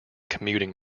commuting